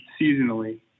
seasonally